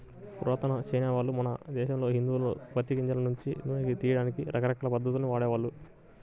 పురాతన చైనావాళ్ళు, మన దేశంలోని హిందువులు పత్తి గింజల నుంచి నూనెను తియ్యడానికి రకరకాల పద్ధతుల్ని వాడేవాళ్ళు